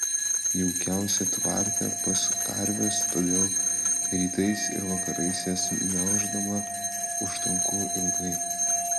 jaukiausia tvarte pas karves todėl rytais ir vakarais jas melždama užtrunku ilgai